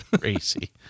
crazy